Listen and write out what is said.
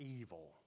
evil